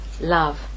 love